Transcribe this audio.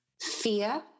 fear